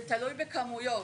זה תלוי בכמויות,